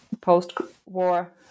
post-war